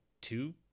two